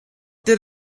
did